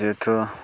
जेहेथु